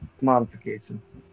modifications